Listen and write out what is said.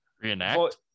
Reenact